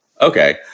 Okay